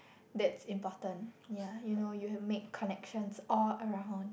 that's important ya you know you have make connections all around